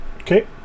Okay